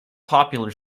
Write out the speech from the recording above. popular